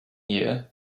year